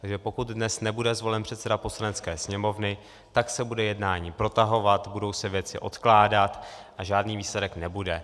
Takže pokud dnes nebude zvolen předseda Poslanecké sněmovny, tak se bude jednání protahovat, budou se věci odkládat a žádný výsledek nebude.